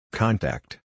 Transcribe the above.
contact